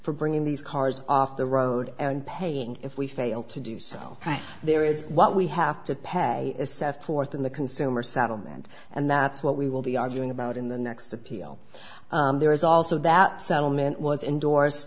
for bringing these cars off the road and paying if we fail to do so there is what we have to pay as set forth in the consumer satam and and that's what we will be arguing about in the next appeal there is also that settlement was endors